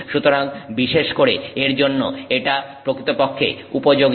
সুতরাং বিশেষ করে এর জন্য এটা প্রকৃতপক্ষে উপযোগী